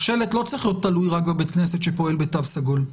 השלט לא צריך להיות תלוי רק בבית כנסת שפועל בתו סגול.